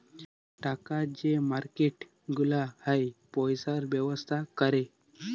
টাকার যে মার্কেট গুলা হ্যয় পয়সার ব্যবসা ক্যরে